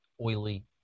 oily